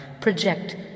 project